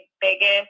biggest